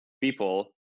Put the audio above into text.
people